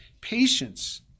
patience